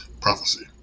prophecy